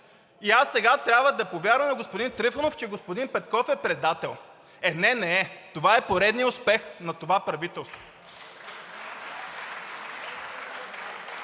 И аз сега трябва да повярвам на господин Трифонов, че господин Петков е предател. Е, не, не е! Това е поредният успех на това правителство.